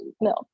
no